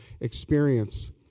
experience